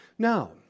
Now